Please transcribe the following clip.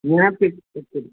नया पेज केत्ते दी